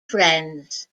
friends